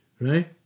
right